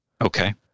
Okay